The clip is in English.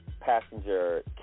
passenger